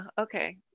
okay